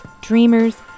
dreamers